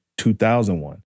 2001